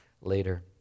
later